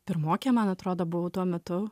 pirmokė man atrodo buvau tuo metu